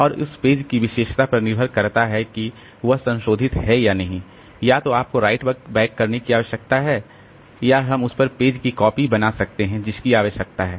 और उस पेज की विशेषता पर निर्भर करता है कि वह संशोधित है या नहीं या तो आपको राइट बैक करने की आवश्यकता है या हम उस नए पेज की कॉपी बना सकते हैं जिसकी आवश्यकता है